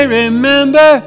remember